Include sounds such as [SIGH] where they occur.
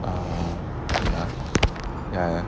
ya [NOISE] ya ya